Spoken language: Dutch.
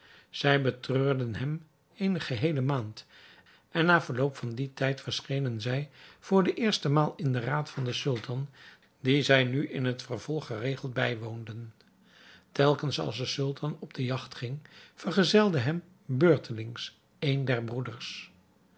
zij betreurden hem eene geheele maand en na verloop van dien tijd verschenen zij voor de eerste maal in den raad van den sultan dien zij nu in het vervolg geregeld bijwoonden telkens als de sultan op de jagt ging vergezelde hem beurtelings een der broeders